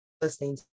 listening